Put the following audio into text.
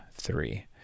three